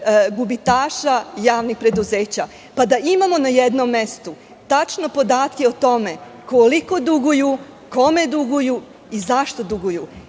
gubitaša javnih preduzeća, pa da imamo na jednom mestu tačno podatke o tome koliko duguju, kome duguju i zašto duguju.